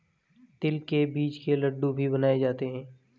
तिल के बीज के लड्डू भी बनाए जाते हैं